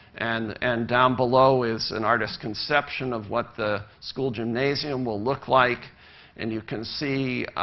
and and down below is an artist's conception of what the school gymnasium will look like and you can see,